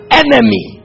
enemy